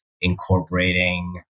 incorporating